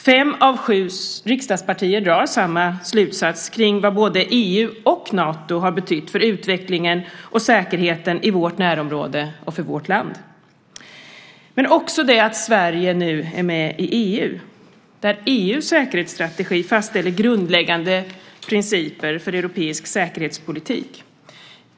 Fem av sju riksdagspartier drar samma slutsats kring vad både EU och Nato har betytt för utvecklingen och säkerheten i vårt närområde och för vårt land. Men det handlar också om att Sverige nu är med i EU. EU:s säkerhetsstrategi fastställer grundläggande principer för europeisk säkerhetspolitik.